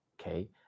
okay